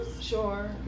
Sure